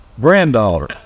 granddaughter